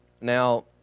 Now